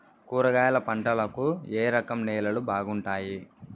కూరగాయల పంటలకు ఏ రకం నేలలు బాగుంటాయి?